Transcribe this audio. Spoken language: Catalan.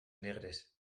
negres